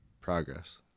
progress